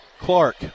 Clark